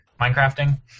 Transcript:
Minecrafting